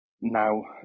now